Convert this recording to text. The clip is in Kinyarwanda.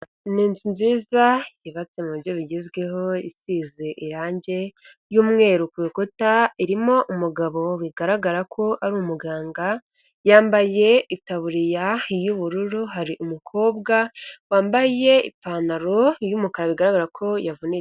Ni inzu nziza yubatse mu buryo bugezweho isize irangi ry'umweru ku bikuta. Irimo umugabo bigaragara ko ari umuganga. Yambaye itaburiya y'ubururu. Hari umukobwa wambaye ipantaro y'umukara bigaragara ko yavunitse.